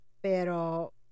pero